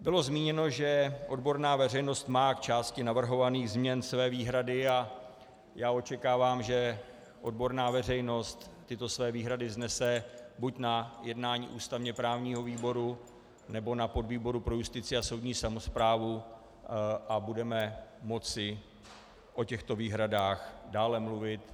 Bylo zmíněno, že odborná veřejnost má k části navrhovaných změn své výhrady, a já očekávám, že odborná veřejnost tyto své výhrady vznese buď na jednání ústavněprávního výboru, nebo na podvýboru pro justici a soudní samosprávu a budeme moci o těchto výhradách dále mluvit.